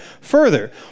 further